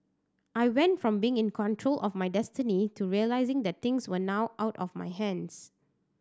I went from being in control of my destiny to realising that things were now out of my hands